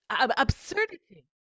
Absurdity